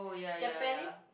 Japanese